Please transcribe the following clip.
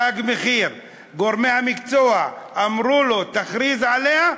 "תג מחיר" גורמי המקצוע אמרו לו: תכריז עליה,